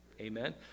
Amen